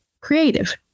creative